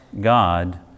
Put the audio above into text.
God